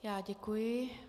Já děkuji.